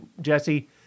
Jesse